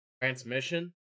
transmission